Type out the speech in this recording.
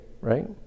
right